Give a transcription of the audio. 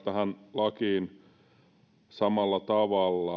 lakiin samalla tavalla